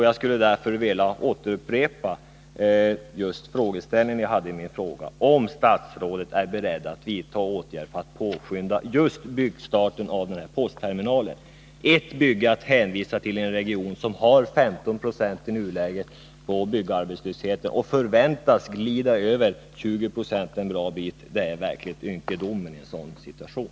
Jag skulle därför vilja upprepa min fråga om statsrådet är beredd att vidta åtgärder för att påskynda just byggstarten av den aktuella postterminalen. Att bara hänvisa till ett bygge i en region som i nuläget har en byggarbetslöshet på 15 26 och som förväntas glida en bra bit över 20 96 är verkligen ynkedom i en sådan situation.